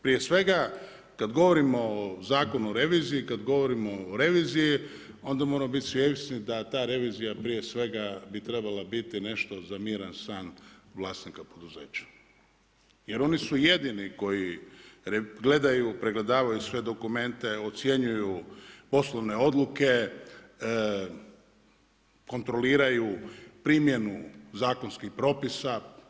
Prije svega kada govorimo o Zakonu o reviziji, kada govorimo o reviziji onda moramo biti svjesni da ta revizija prije svega bi trebala biti nešto za miran san vlasnika poduzeća jer oni su jedini koji gledaju, pregledavaju sve dokumente, ocjenjuju poslovne odluke, kontroliraju primjenu zakonskih propisa.